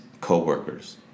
co-workers